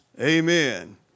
Amen